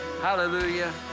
HALLELUJAH